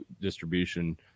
distribution